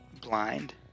blind